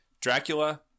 Dracula